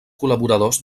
col·laboradors